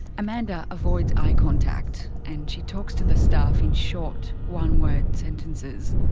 amanda avoids eye contact, and she talks to the staff in short, one word sentences.